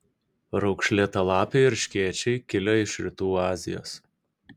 raukšlėtalapiai erškėčiai kilę iš rytų azijos